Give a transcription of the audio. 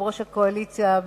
יושב-ראש הקואליציה,